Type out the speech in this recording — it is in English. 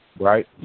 right